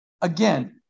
again